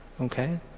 Okay